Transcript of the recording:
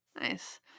nice